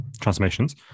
transformations